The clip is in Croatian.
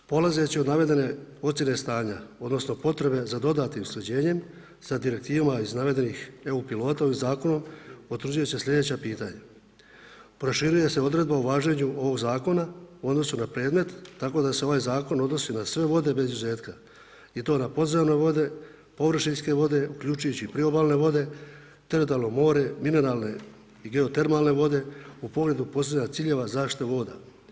Polazeći od navedene ocjene stanja odnosno potrebe za dodatnim usklađenjem sa direktivama iz navedenih eu pilota ovim zakonom utvrđuju se sljedeća pitanja. proširuje se odredba o važenju ovog zakona u odnosu na predmet tako da se ovaj zakon odnosi na sve vode bez izuzetka i to na podzemne vode, površinske vode uključujući i priobalne vode, teritorijalno mora, mineralne i geotermalne vode u pogledu postavljanih ciljeva zaštite voda.